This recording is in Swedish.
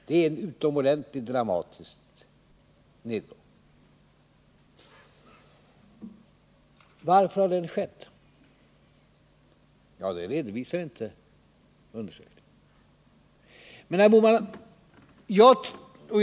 Det är en utomordentligt dramatisk nedgång. Varför har den skett? Ja, det redovisar inte undersökningen.